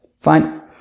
Fine